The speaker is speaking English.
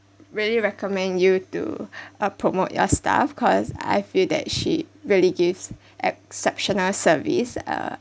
really recommend you to uh promote your staff cause I feel that she really gives exceptional service uh